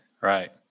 right